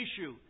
issue